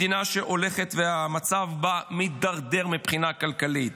מדינה שהולכת והמצב שבה מידרדר מבחינה כלכלית.